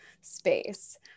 space